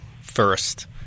first